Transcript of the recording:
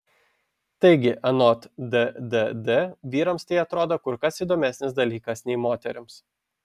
taigi anot ddd vyrams tai atrodo kur kas įdomesnis dalykas nei moterims